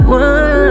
one